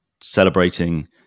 celebrating